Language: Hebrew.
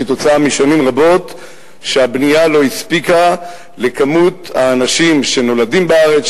כתוצאה משנים רבות שהבנייה לא הספיקה למספר האנשים שנולדים בארץ,